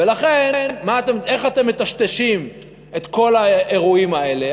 ולכן, איך אתם מטשטשים את כל האירועים האלה?